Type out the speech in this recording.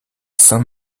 saint